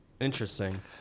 Interesting